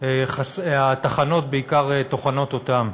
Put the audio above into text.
הטחנות בעיקר טוחנות אותם.